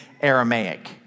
Aramaic